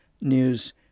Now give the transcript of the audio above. news